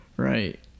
Right